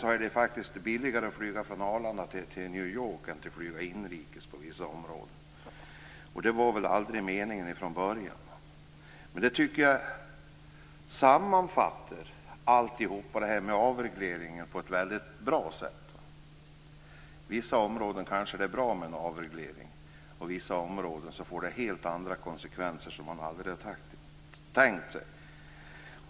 Det är faktiskt billigare att flyga från Arlanda till New York än att flyga inrikes på vissa områden, och det var väl aldrig meningen från början. Det tycker jag sammanfattar allt det här med avregleringen på ett väldigt bra sätt. På vissa områden kanske det är bra med en avreglering, och på vissa områden får det helt andra konsekvenser som man aldrig hade tänkt sig.